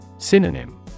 Synonym